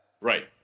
Right